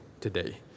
today